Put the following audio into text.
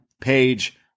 Page